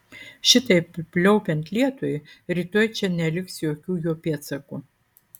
šitaip pliaupiant lietui rytoj čia neliks jokių jo pėdsakų